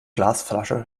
glasflasche